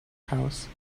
house